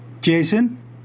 Jason